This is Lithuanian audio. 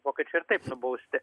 vokiečiai ir taip nubausti